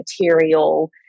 material